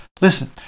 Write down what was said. listen